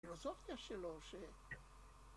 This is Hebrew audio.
‫הפילוסופיה שלו, ש...